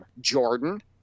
Jordan